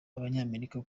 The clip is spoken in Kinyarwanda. abanyamerika